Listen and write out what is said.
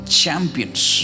champions